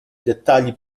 dettagli